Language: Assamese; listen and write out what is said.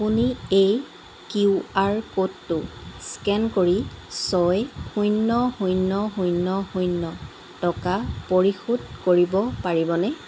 আপুনি এই কিউ আৰ ক'ডটো স্কেন কৰি ছয় শূন্য শূন্য শূন্য শূন্য টকা পৰিশোধ কৰিব পাৰিবনে